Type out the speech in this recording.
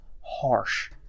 harsh